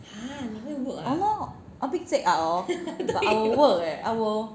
!hannor! abit zek ark hor but I will work leh I will